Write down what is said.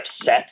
upset